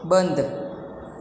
બંધ